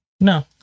No